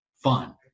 fun